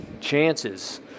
chances